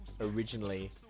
originally